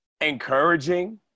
Encouraging